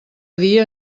dia